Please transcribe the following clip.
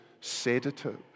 sedatives